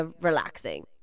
relaxing